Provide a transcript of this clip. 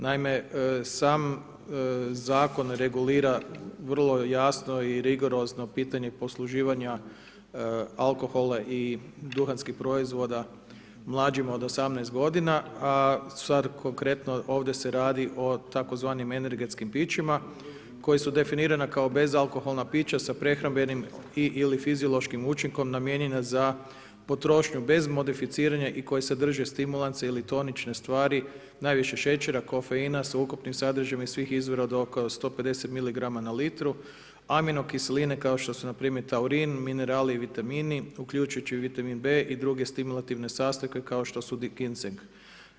Naime, sam Zakon regulira vrlo jasno i rigorozno pitanje posluživanja alkohola i duhanskih proizvoda mlađim od 18 g. a stvar, konkretno ovdje se radi o tzv. energetskim pićima, koji su definirana kao bezalkoholna pića sa prehrambenim i ili fiziološkim učinkom namijenjena za potrošnju bez modificiranja i koji sadrži stimulanse ili tonične stvari, najviše šećera, kofeina, sveukupnih sadržaja i svih izvora do oko 150 miligrama na litru, aminokiseline, kao što su npr. taurin, minerali, vitamini, uključujući vitamin B i druge stimulativne sastojke kao što kao što su …/Govornik se ne razumije.